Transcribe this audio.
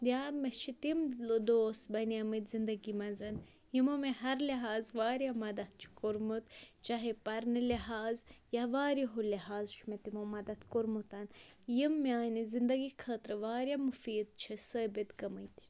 یا مےٚ چھِ تِم دوس بَنیمٕتۍ زِندٔگی منٛز یِمو مےٚ ہَر لِحاظ واریاہ مَدَت چھِ کوٚرمُت چاہے پَرنہٕ لِحاظ یا واریہو لِحاظ چھُ مےٚ تِمو مَدَت کوٚرمُت یِم میٛانہِ زِندٔگی خٲطرٕ واریاہ مُفیٖد چھِ ثٲبِت گٔمٕتۍ